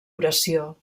oració